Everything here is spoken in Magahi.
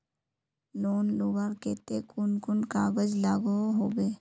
लोन लुबार केते कुन कुन कागज लागोहो होबे?